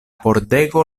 pordego